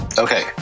Okay